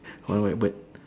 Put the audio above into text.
one white bird